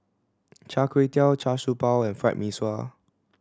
Char Kway Teow Char Siew Bao and Fried Mee Sua